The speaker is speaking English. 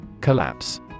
Collapse